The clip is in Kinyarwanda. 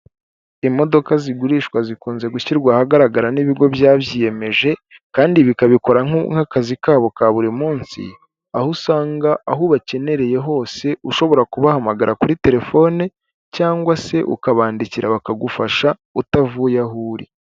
Imodoka zigurishwa zikunze gushyirwa ahagaragara n'ibigo byabyiyemeje kandi bikabikora nk'akazi kabo ka buri munsi, aho usanga aho ubakenereye hose ushobora kubahamagara kuri terefone cyangwa se ukabandikira bakagufasha utavuye aho uri.